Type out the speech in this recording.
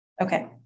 Okay